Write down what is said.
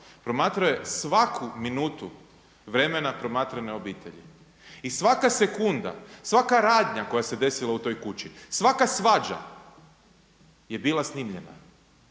Promatrao je svaku minutu vremena promatrane obitelji. I svaka sekunda, sva radnja koja se desila u toj kući, svaka svađa je bila snimljena.